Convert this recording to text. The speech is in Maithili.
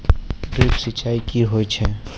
ड्रिप सिंचाई कि होय छै?